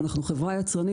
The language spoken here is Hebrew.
אנחנו חברה יצרנית,